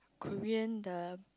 Korean the